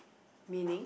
meaning